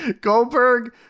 Goldberg